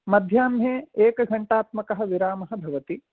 मध्याह्ने एकघण्टात्मकः विरामः भवति